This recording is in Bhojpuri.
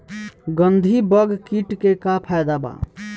गंधी बग कीट के का फायदा बा?